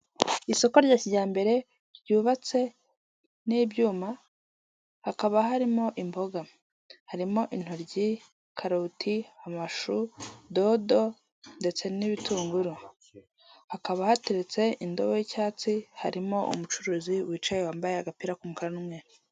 Isoko rya kijyambere ryubatse n'ibyuma hakaba harimo imboga, harimo intoryi, karoti amashu, dodo ndetse n'ibitunguru, hakaba haterutse indobo y'icyatsi, harimo umucuruzi wicaye wambaye agapira k'umukara n'umweru.